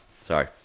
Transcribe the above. Sorry